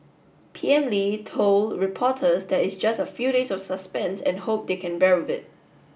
P M Lee told reporters that it's just a few days of suspense and hope they can bear with it